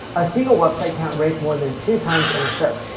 a single website can't rank more than two times in a serp.